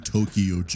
Tokyo